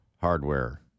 hardware